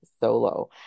solo